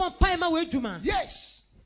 Yes